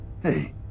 Hey